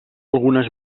algunes